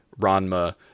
Ranma